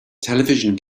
television